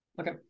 Okay